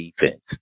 defense